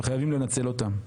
וחייבים לנצל אותן.